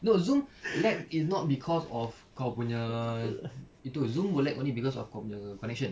no Zoom lag it's not cause of kau punya itu Zoom will lag only cause of kau punya connection